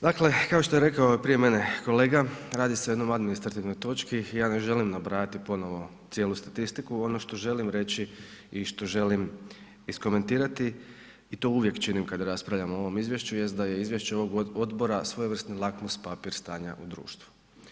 Dakle kao što je rekao prije mene kolega, radi se o jednoj administrativnoj točki, ja ne želim nabrajati ponovno cijelu statistiku, ono što želim reći i što želim iskomentirati i to uvijek činim kad raspravljamo ovom izvješću jest da je izvješće ovog odbora svojevrsni lakmus papir stanja u društvu.